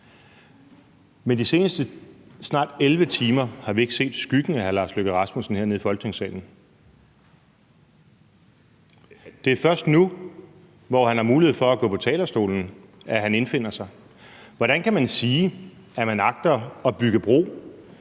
Men de seneste snart 11 timer har vi ikke set skyggen af hr. Lars Løkke Rasmussen hernede i Folketingssalen. Det er først nu, hvor han har mulighed for at gå på talerstolen, at han indfinder sig. Hvordan kan man sige, at man agter at bygge bro